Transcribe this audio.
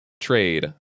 trade